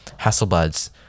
Hasselblad's